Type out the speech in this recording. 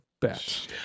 bet